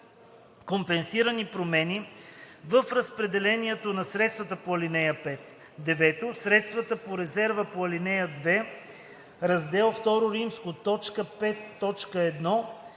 компенсирани промени в разпределението на средствата по ал. 5. (9) Средствата от резерва по ал. 2, раздел II,